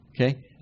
okay